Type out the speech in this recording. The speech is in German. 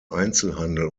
einzelhandel